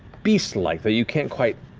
beast-like, though you can't quite,